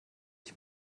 ich